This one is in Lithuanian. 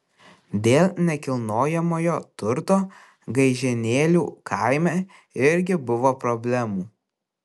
dėl nekilnojamojo turto gaižėnėlių kaime irgi buvo problemų